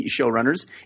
showrunners